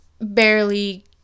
barely